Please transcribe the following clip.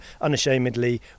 unashamedly